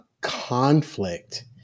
conflict